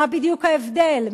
מה בדיוק ההבדל?